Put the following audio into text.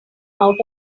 out